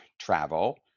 travel